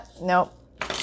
nope